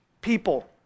people